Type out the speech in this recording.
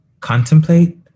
Contemplate